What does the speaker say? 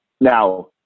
Now